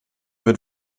wird